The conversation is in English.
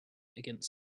against